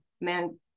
man